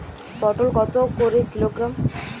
পটল কত করে কিলোগ্রাম?